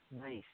Nice